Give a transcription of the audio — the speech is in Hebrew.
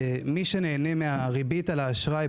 מי שנהנה מהריבית על האשראי,